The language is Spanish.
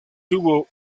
tuvo